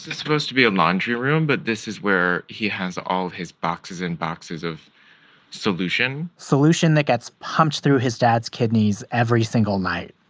supposed to be a laundry room. but this is where he has all his boxes and boxes of solution solution that gets pumped through his dad's kidneys every single night.